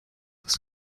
das